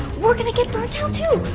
we're gonna get burnt down too.